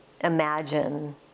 imagine